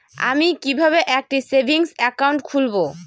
আমি কিভাবে একটি সেভিংস অ্যাকাউন্ট খুলব?